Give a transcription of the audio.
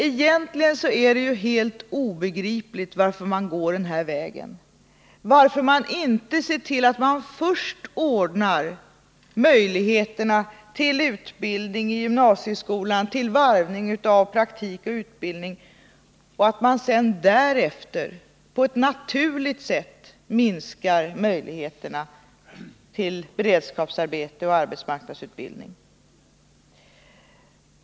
Egentligen är det obegripligt att man går den här vägen: obegripligt varför man inte ser till att först ordna möjligheter till utbildning i gymnasieskolan med varvning av praktik och utbildning för att sedan på ett naturligt sätt minska möjligheterna till beredskapsarbete och arbetsmarknadsutbildning.